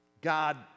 God